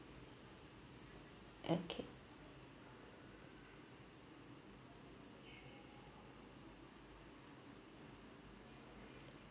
okay